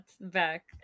back